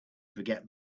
forget